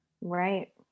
right